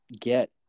get